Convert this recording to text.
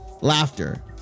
laughter